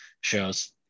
shows